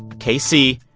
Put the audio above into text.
casey,